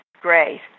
Great